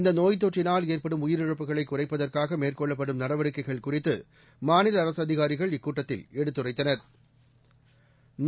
இந்தநோய் தொற்றினால் ஏற்படும் உயிரிழப்புகளைகுறைப்பதற்காகமேற்கொள்ளப்படும் நடவடிக்கைகள் குறித்துமாநிலஅரசுஅதிகாரிகள் இக்கூட்டத்தில் எடுத்துரைத்தனா்